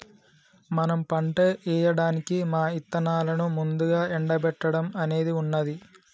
మనం పంట ఏయడానికి మా ఇత్తనాలను ముందుగా ఎండబెట్టడం అనేది ఉన్నది